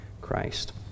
Christ